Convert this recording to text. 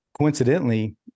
coincidentally